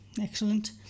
Excellent